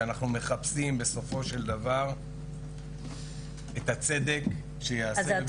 שאנחנו מחפשים בסופו של דבר את הצדק שייעשה.